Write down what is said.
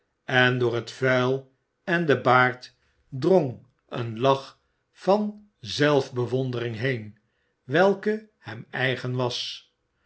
en door het vuil en den baard drong een lach van zelfbewondering heen welke hem eigen was